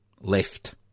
left